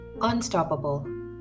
unstoppable